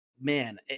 man